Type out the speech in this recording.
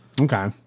Okay